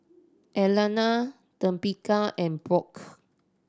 Alanna and Brooke